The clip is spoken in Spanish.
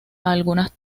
algunas